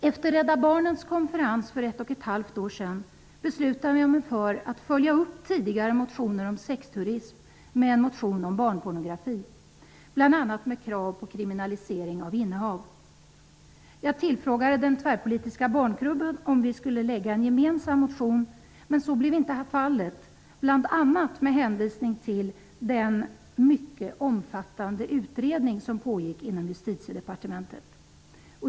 Efter Rädda barnens konferens för ett och ett halvt år sedan beslutade jag mig för att följa upp tidigare motioner om sexturism med en motion om barnpornografi, bl.a. med krav på kriminalisering av innehav. Jag tillfrågade den tvärpolitiska barngruppen om vi skulle väcka en gemensam motion, men så blev inte fallet, bl.a. med hänvisning till den ''mycket omfattande utredning'' som pågick inom Justitiedepartementet.